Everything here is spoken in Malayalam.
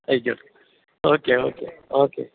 ആയിക്കോട്ടെ ഓക്കേ ഓക്കേ ഓക്കേ